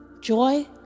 joy